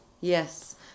yes